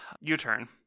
U-turn